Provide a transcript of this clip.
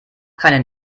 keinen